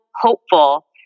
hopeful